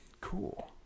Cool